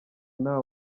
nta